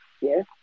yes